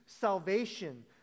salvation